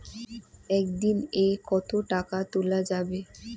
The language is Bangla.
একদিন এ কতো টাকা তুলা যাবে?